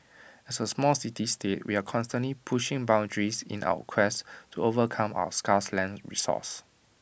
as A small city state we are constantly pushing boundaries in our quest to overcome our scarce land resource